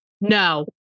No